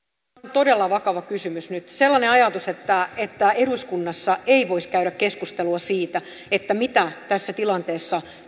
todella vakava kysymys nyt sellainen ajatus että että eduskunnassa ei voisi käydä keskustelua siitä mitä tässä tilanteessa